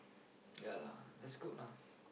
ya lah that's good lah